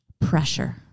pressure